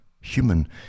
human